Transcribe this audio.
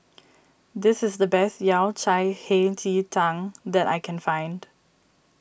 this is the best Yao Cai Hei Ji Tang that I can find